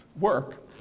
work